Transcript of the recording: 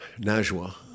Najwa